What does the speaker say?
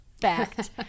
Fact